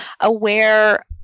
aware